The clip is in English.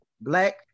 Black